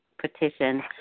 petition